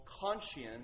conscience